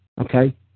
okay